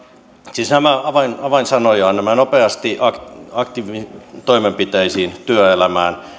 siis avainsanoja ovat nämä nopeasti aktiivitoimenpiteisiin työelämään